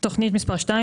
תוכנית 2,